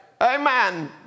Amen